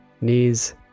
knees